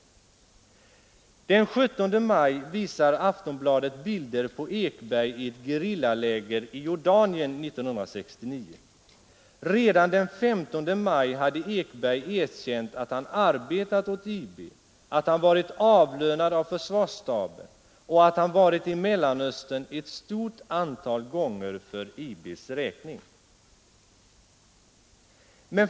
Den 17 maj visade Aftonbladet bilder på Ekberg i ett gerillaläger i Jordanien 1969. Redan den 15 maj hade Ekberg erkänt att han arbetat åt IB, att han varit avlönad av försvarsstaben och att han varit i Mellanöstern ett stort antal gånger för IB:s räkning.